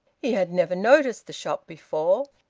he had never noticed the shop before,